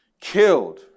killed